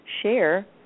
share